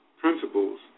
Principles